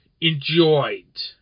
enjoyed